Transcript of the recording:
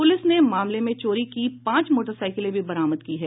police ने मामले में चोरी की पांच मोटरसाइकिलें भी बरामद की है